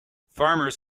farmers